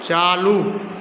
चालू